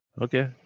Okay